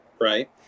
right